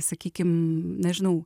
sakykim nežinau